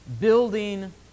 building